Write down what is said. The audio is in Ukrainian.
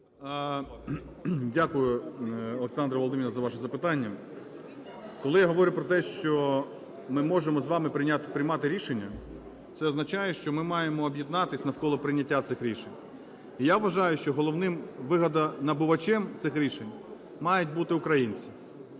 Дякую, Олександра Володимирівна, за ваше запитання. Коли я говорю про те, що ми можемо з вами приймати рішення, це означає, що ми маємо об'єднатися навколо прийняття цих рішень. І я вважаю, що головним вигодонабувачем цих рішень мають бути українці.